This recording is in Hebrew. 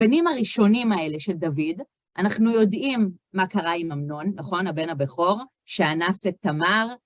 הבנים הראשונים האלה של דוד, אנחנו יודעים מה קרה עם אמנון, נכון, הבן הבכור, שאנס את תמר.